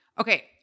Okay